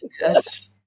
yes